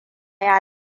ya